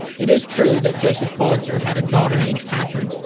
it is true that joseph pulitzer had a daughter named katherine.